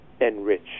enrich